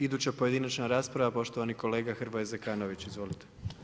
Iduća pojedinačna rasprava, poštovani kolega Hrvoje Zekanović, izvolite.